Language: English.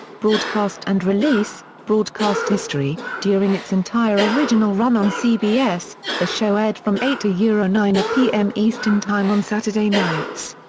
broadcast and release broadcast history during its entire original run on cbs, the show aired from eight ah nine pm eastern time on saturday nights.